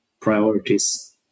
priorities